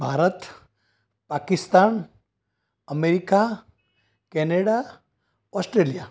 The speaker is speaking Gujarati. Bharat Pakistan America Canada Australia